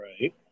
right